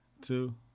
Two